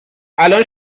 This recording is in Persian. الان